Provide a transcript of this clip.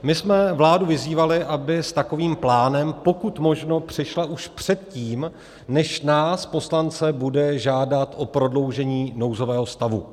My jsme vládu vyzývali, aby s takovým plánem pokud možno přišla už předtím, než nás poslance bude žádat o prodloužení nouzového stavu.